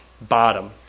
bottom